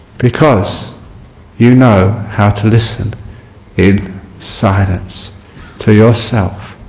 because you know how to listen in silence to yourself.